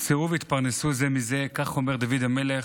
"צאו והתפרנסו זה מזה" כך אומר דוד המלך